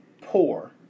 poor